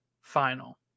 final